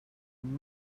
amb